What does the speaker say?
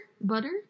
Butter